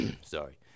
Sorry